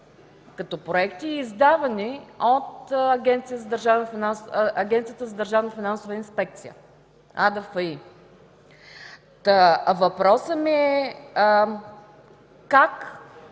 като проекти и издавани от Агенцията за държавна финансова инспекция (АДФИ). Въпросът ми е как